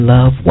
Love